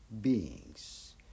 beings